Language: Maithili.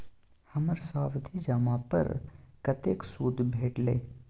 हमर सावधि जमा पर कतेक सूद भेटलै?